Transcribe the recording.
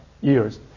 years